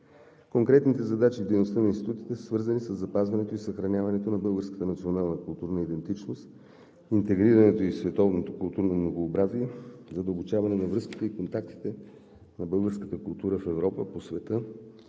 Конкретните задачи в дейността на институтите са свързани със запазването и съхраняването на българската национална културна идентичност; интегрирането ѝ в световното културно многообразие; задълбочаване на връзките и контактите на българската култура в Европа и по света;